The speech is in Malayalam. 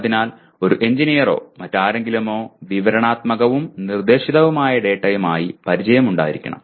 അതിനാൽ ഒരു എഞ്ചിനീയറോ മറ്റാരെങ്കിലുമോ വിവരണാത്മകവും നിർദ്ദേശിതവുമായ ഡാറ്റയുമായി പരിചയമുണ്ടായിരിക്കണം